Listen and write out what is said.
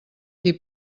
qui